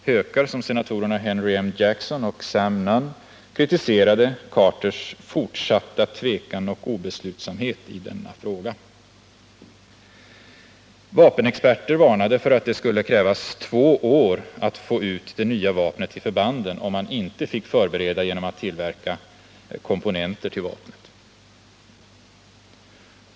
Hökar som senatorerna Henry M. Jackson och Sam Nunn kritiserade Carters ”fortsatta tvekan och obeslutsamhet i denna fråga”. Vapenexperter varnade för att det skulle krävas två år att få ut det nya vapnet till förbanden, om man inte fick förbereda genom att tillverka komponenter till vapnet.